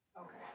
Okay